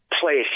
place